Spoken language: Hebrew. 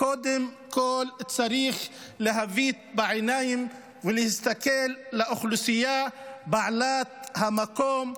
קודם כול צריך להביט בעיניים ולהסתכל על האוכלוסייה בעלת המקום,